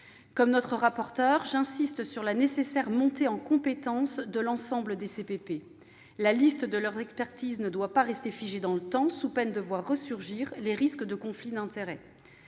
Comme notre rapporteur, j'insiste sur la nécessaire montée en compétences de l'ensemble des CPP. La liste de leurs expertises ne doit pas rester figée dans le temps, sous peine de voir ressurgir les risques de conflits d'intérêts.